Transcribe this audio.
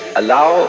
allow